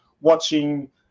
watching